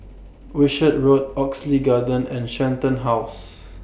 Wishart Road Oxley Garden and Shenton House